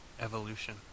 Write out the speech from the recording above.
Evolution